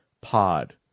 Pod